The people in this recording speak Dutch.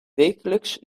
wekelijks